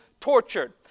tortured